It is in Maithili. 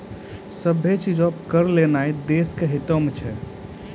सभ्भे चीजो पे कर लगैनाय देश के हितो मे छै